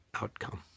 outcome